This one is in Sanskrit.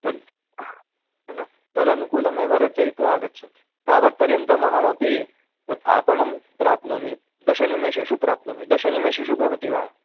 तद् न तदनुकूलमेव रचयित्वा आगच्छतु तावत् पर्यन्तम् अहमपि तत् आपणं प्राप्नोमि दशनिमेषेषु प्राप्नोमि दशनिमेषेषु भवति वा